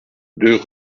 deux